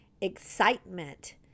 excitement